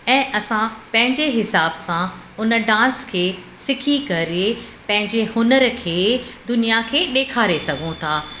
ऐं असां पंहिंजे हिसाब सां हुन डांस खे सिखी करे पंहिंजे हुनर खे दुनिया खे ॾेखारे सघूं था